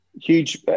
Huge